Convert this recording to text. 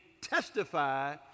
testify